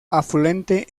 afluente